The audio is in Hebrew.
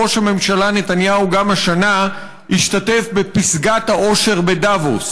ראש הממשלה נתניהו גם השנה השתתף בפסגת העושר בדבוס.